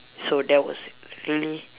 so that was really